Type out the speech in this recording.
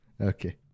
Okay